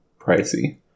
pricey